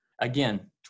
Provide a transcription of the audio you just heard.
Again